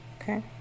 okay